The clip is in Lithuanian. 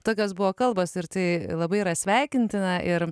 tokios buvo kalbos ir tai labai yra sveikintina ir